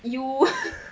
U